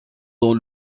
dans